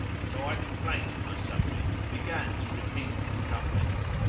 so i complained of my sufferings and began to repeat these couplets